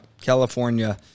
California